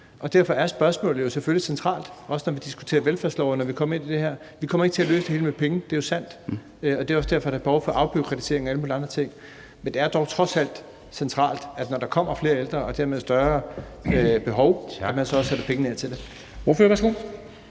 Derfor er spørgsmålet selvfølgelig centralt, også når vi diskuterer velfærdslov, og når vi kommer ind i det her. Vi kommer ikke til at løse det hele med penge – det er jo sandt. Det er også derfor, der er behov for afbureaukratisering og alle mulige andre ting. Men det er dog trods alt centralt, at man, når der kommer flere ældre og dermed større behov, så også sætter pengene af til det.